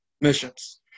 missions